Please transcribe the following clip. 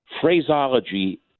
phraseology